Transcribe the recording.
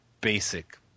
basic